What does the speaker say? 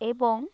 এবং